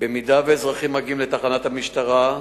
אם אזרחים מגיעים לתחנת המשטרה,